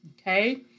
okay